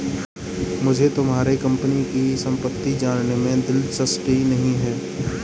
मुझे तुम्हारे कंपनी की सम्पत्ति जानने में दिलचस्पी नहीं है